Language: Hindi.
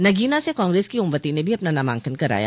नगीना से कांग्रेस की ओमवतो ने भी अपना नामांकन कराया